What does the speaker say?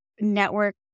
network